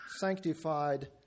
sanctified